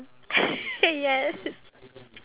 oh my god